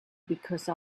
because